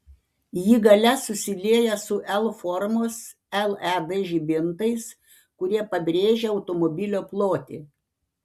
ji gale susilieja su l formos led žibintais kurie pabrėžia automobilio plotį